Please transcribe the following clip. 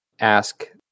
ask